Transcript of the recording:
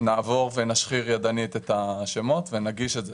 נעבור ונשחיר ידנית את השמות ונגיש את זה.